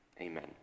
Amen